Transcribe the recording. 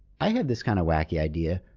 i have this kind of wacky idea.